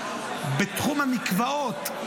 בתחום המקוואות,